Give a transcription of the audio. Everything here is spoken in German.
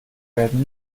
werden